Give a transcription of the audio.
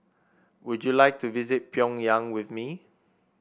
would you like to visit Pyongyang with me